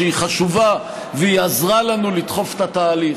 שהיא חשובה והיא עזרה לנו לדחוף את התהליך,